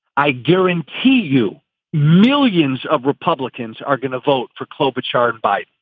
i guarantee you millions of republicans are gonna vote for cloture charred by.